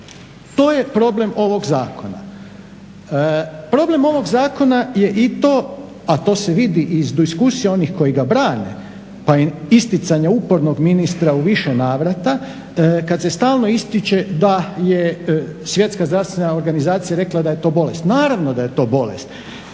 to je problem ovog zakona. Problem ovog zakona je i to a to se vidi iz diskusije onih koji ga brane pa je i isticanje uporno ministra u više navrata kada se stalno ističe da je Svjetska zdravstvena organizacija rekla daje to bolest. Naravno da je to bolest.